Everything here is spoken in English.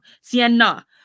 Sienna